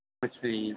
ਅੱਛਾ ਜੀ